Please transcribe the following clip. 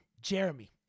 Jeremy